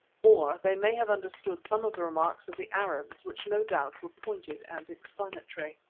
or they may have understood some of the remarks of the arabs, which no doubt were pointed and explanatory.